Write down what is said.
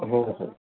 हो हो